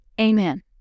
amen